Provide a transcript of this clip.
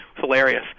Hilarious